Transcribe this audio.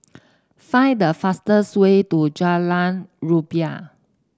find the fastest way to Jalan Rumbia